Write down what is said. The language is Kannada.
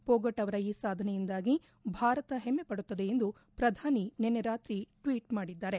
ಫೋಗಟ್ ಅವರ ಈ ಸಾಧನೆಯಿಂದಾಗಿ ಭಾರತ ಹೆಮ್ಮೆ ಪಡುತ್ತದೆ ಎಂದು ಪ್ರಧಾನಿ ನಿನ್ನೆ ರಾತ್ರಿ ಟ್ವೀಟ್ ಮಾಡಿದ್ದಾರೆ